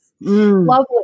lovely